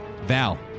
Val